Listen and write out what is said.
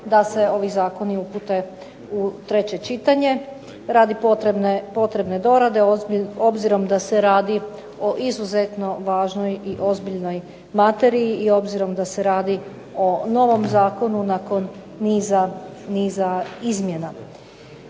da se ovi zakoni upute u treće čitanje radi potrebne dorade, obzirom da se radi o izuzetno važnoj i ozbiljnoj materiji, i obzirom da se radi o novom zakonu nakon niza izmjena.